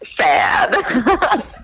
sad